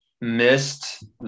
missed